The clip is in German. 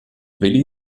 willi